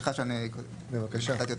סליחה שאני קוטע אותך.